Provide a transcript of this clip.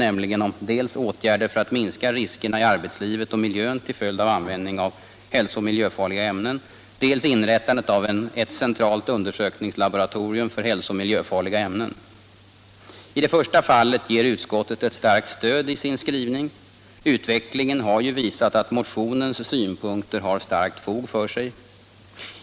Där begärs dels åtgärder för att minska riskerna i arbetslivet och miljön till följd av användning av hälsooch miljöfarliga ämnen, dels inrättandet av ett centralt undersökningslaboratorium för hälsooch miljöfarliga ämnen. I det första fallet ger utskottet ett starkt stöd i sin skrivning. Utvecklingen har ju visat att motionens synpunkter har starkt fog för sig.